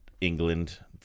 england